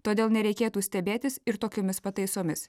todėl nereikėtų stebėtis ir tokiomis pataisomis